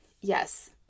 Yes